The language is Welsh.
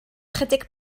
ychydig